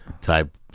type